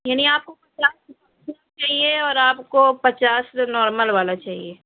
یعنی آپ چاہیے اور آپ کو پچاس نارمل والا چاہیے